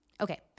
Okay